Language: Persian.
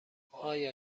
آیا